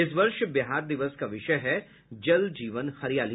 इस वर्ष बिहार दिवस का विषय है जल जीवन हरियाली